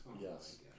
yes